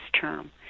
term